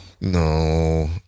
No